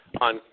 on